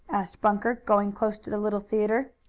asked bunker, going close to the little theatre.